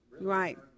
right